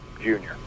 junior